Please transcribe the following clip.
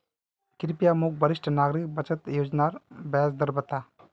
कृप्या मोक वरिष्ठ नागरिक बचत योज्नार ब्याज दर बता